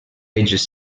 ages